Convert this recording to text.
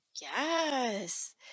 Yes